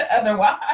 otherwise